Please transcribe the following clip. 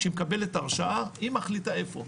כשהיא מקבלת הרשאה היא מחליטה איפה.